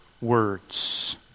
words